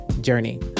journey